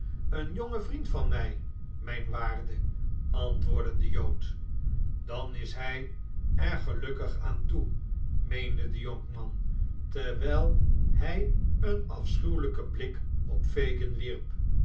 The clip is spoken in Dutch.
een jonge vriend van mij mijn waarde antwoordde de jood dan is hij er gelukkig aan toe meende de jonkman terwijl hij een afschuwelijken blik op fagin wierp